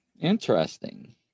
Interesting